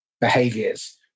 behaviors